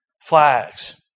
flags